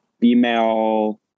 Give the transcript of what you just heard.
female